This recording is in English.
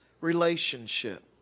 relationship